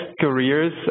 careers